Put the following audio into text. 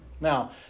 Now